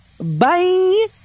Bye